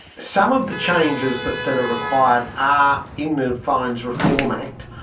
some of the changes that that are required are in the fines reform act,